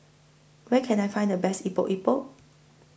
Where Can I Find The Best Epok Epok